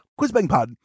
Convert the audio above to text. quizbangpod